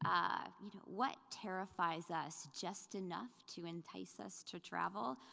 um you know what terrifies us just enough to entice us to travel,